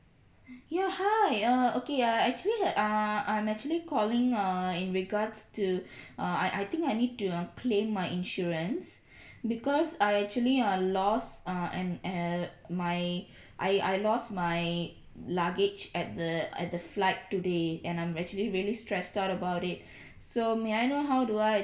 ya hi uh okay ya actually had err I'm actually calling err in regards to uh I I think I need to uh claim my insurance because I actually uh lost uh and err my I I lost my luggage at the at the flight today and I'm actually really stressed out about it so may I know how do I